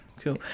cool